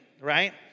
right